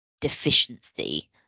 deficiency